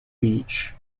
beach